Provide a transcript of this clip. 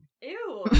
Ew